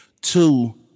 Two